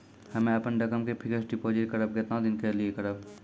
हम्मे अपन रकम के फिक्स्ड डिपोजिट करबऽ केतना दिन के लिए करबऽ?